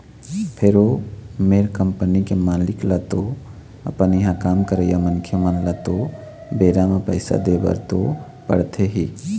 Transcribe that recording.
फेर ओ मेर कंपनी के मालिक ल तो अपन इहाँ काम करइया मनखे मन ल तो बेरा म पइसा देय बर तो पड़थे ही